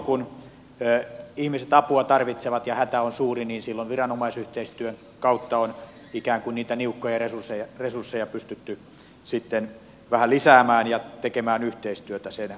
kun ihmiset apua tarvitsevat ja hätä on suuri niin silloin viranomaisyhteistyön kautta on ikään kuin niitä niukkoja resursseja pystytty sitten vähän lisäämään ja tekemään yhteistyötä pelastustehtävissä